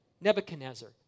Nebuchadnezzar